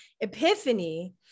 epiphany